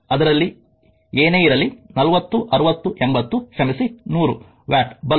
ಅದರಲ್ಲಿ ಏನೇ ಇರಲಿ 40 60 80 ಕ್ಷಮಿಸಿ 100 ವ್ಯಾಟ್ ಬಲ್ಬ್ಗಳು